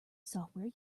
software